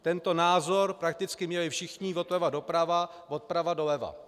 Tento názor prakticky měli všichni zleva doprava, zprava doleva.